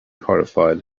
horrified